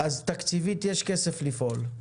אז תקציבית יש כסף לפעול,